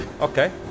okay